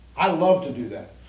i love to do that.